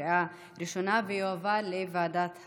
לוועדת החוקה,